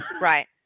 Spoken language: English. right